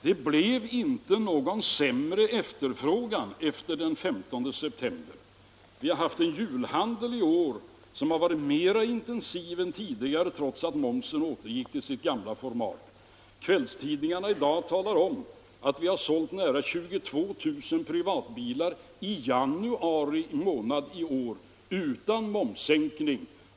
Det blev inte någon sämre efterfrågan efter den 15 september. Vi hade en julhandel som var mera intensiv än tidigare trots att momsen återgick till sitt gamla format. Kvällstidningarna i dag talar om att det såldes nära 22 000 privatbilar i januari i år — utan momssänkning.